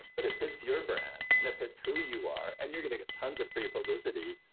but it fits your brand and it fits who you are and you're going to get tons of free publicity.